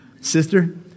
sister